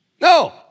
No